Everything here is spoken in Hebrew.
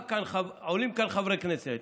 עולים כאן חברי כנסת